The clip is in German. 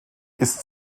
ist